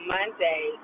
Monday